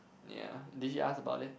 ya did he ask about it